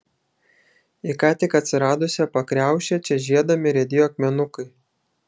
į ką tik atsiradusią pakriaušę čežėdami riedėjo akmenukai